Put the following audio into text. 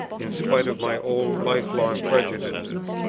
in spite of my old life-long prejudices.